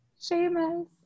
Seamus